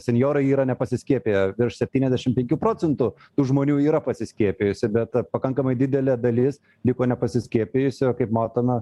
senjorai yra nepasiskiepiję virš septyniasdešim penkių procentų tų žmonių yra pasiskiepijusi bet pakankamai didelė dalis liko nepasiskiepijusi o kaip matome